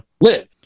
live